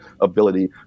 ability